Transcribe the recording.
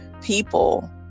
people